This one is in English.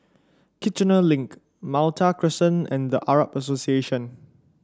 Kiichener Link Malta Crescent and The Arab Association